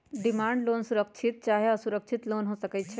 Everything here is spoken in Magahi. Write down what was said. डिमांड लोन सुरक्षित चाहे असुरक्षित लोन हो सकइ छै